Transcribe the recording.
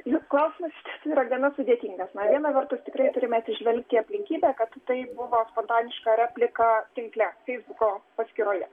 jūsų klausimas yra gana sudėtingas na viena vertus tikrai turime atsižvelgti į aplinkybę kad tai buvo spontaniška replika tinkle feisbuko paskyroje